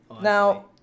Now